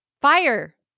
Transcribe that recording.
Fire